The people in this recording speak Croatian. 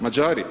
Mađari?